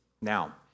Now